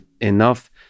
enough